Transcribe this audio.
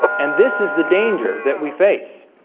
and this is the danger that we face